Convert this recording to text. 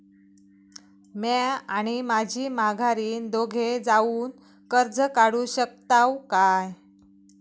म्या आणि माझी माघारीन दोघे जावून कर्ज काढू शकताव काय?